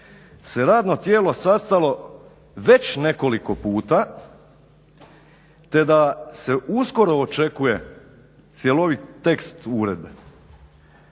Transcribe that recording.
se radno tijelo sastalo već nekoliko puta te da se uskoro očekuje cjelovit tekst uredbe.